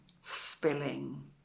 spilling